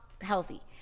healthy